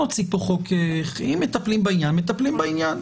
אם מטפלים בעניין, מטפלים בעניין.